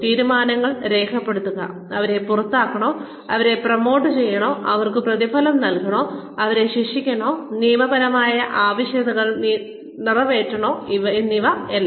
തീരുമാനങ്ങൾ രേഖപ്പെടുത്തുക അവരെ പുറത്താക്കണോ അവരെ പ്രൊമോട്ട് ചെയ്യണോ അവർക്ക് പ്രതിഫലം നൽകണോ അവരെ ശിക്ഷിക്കണോ നിയമപരമായ ആവശ്യകതകൾ നിറവേറ്റണോ എന്നിവയെല്ലാം